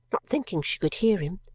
not thinking she could hear him.